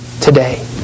today